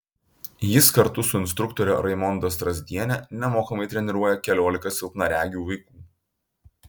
jis kartu su instruktore raimonda strazdiene nemokamai treniruoja keliolika silpnaregių vaikų